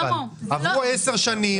עברו 10 שנים.